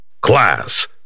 Class